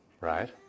Right